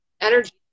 energy